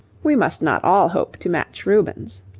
we must not all hope to match rubens.